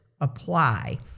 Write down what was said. apply